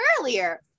earlier